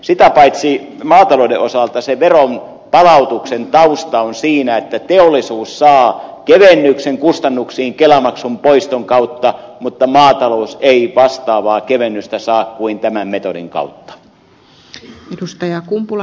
sitä paitsi maatalouden osalta se veronpalautuksen tausta on siinä että teollisuus saa kevennyksen kustannuksiin kelamaksun poiston kautta mutta maatalous ei vastaavaa kevennystä saa kuin tämän metodin kautta